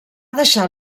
deixar